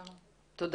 תודה.